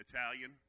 Italian